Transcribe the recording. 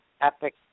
epic